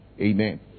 Amen